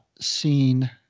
seen